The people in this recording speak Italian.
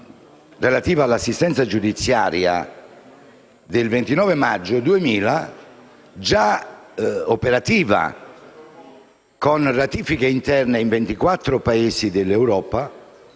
relativa all'assistenza giudiziaria del 29 maggio 2000, già operativa, con ratifiche interne, in 24 Paesi dell'Europa,